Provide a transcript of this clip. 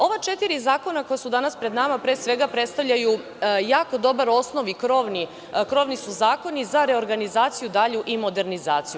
Ova četiri zakona koja su danas pred nama pre svega predstavljaju jako dobar osnov i krovni su zakoni za reorganizaciju dalju i modernizaciju.